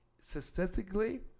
statistically